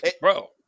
bro